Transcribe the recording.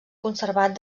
conservat